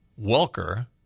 Welker